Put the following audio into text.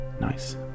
nice